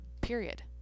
Period